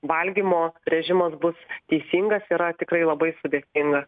valgymo režimas bus teisingas yra tikrai labai sudėtinga